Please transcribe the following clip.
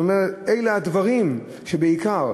זאת אומרת, אלה הדברים בעיקר.